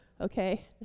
Okay